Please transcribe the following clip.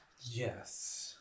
Yes